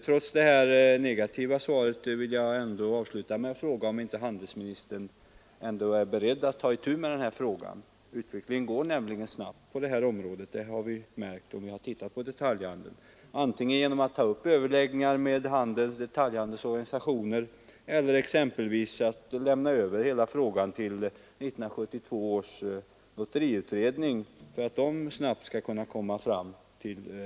Trots det negativa svaret vill jag avsluta med att fråga om inte handelsministern ändå är beredd att ta itu med den här frågan, antingen genom att starta överläggningar med detaljhandelns organisationer eller genom att lämna över hela frågan till 1972 års lotteriutredning för att den snabbt skall kunna lägga fram förslag till åtgärder.